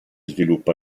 sviluppa